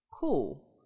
cool